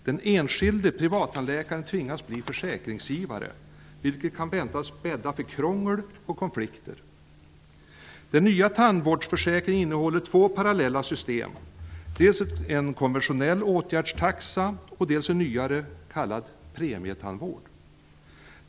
Den enskilde privattandläkaren tvingas bli försäkringsgivare, vilket kan väntas bädda för krångel och konflikter. Den nya tandvårdsförsäkringen innehåller två parallella system; dels en konventionell åtgärdstaxa och dels en nyare, kallad premietandvård.